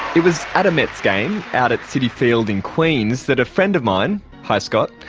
it was at a mets game out at citi field in queens that a friend of mine hi scott!